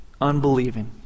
unbelieving